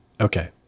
Okay